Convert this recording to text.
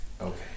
Okay